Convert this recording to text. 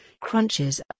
crunches